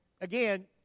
again